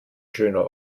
schöner